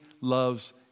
loves